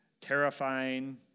terrifying